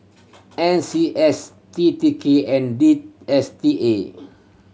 N C S T T K and D S T A